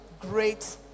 great